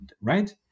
right